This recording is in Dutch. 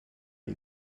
een